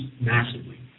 massively